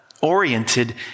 oriented